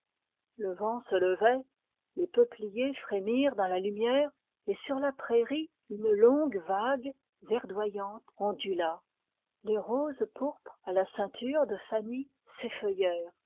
le vent se levait les peupliers frémirent dans la lumière et sur la prairie une longue vague verdoyante ondula les roses pourpres à la ceinture de fanny